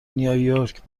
نییورک